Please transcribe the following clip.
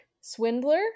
swindler